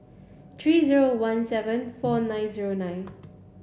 three zero one seven four nine zero nine